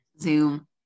Zoom